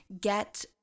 get